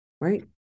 right